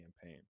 campaign